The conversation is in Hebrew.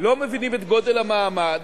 לא מבינים את גודל המעמד,